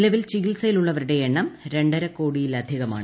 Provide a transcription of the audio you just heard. നിലവിൽ ചികിത്സയിലുള്ളവരുടെ എണ്ണം രണ്ടരക്കോടിയിലധികമാണ്